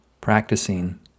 practicing